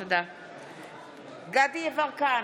דסטה גדי יברקן,